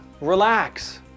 relax